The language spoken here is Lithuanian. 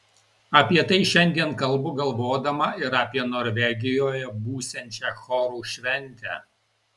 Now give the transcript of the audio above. apie tai šiandien kalbu galvodama ir apie norvegijoje būsiančią chorų šventę